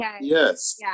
Yes